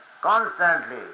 constantly